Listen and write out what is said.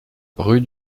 rue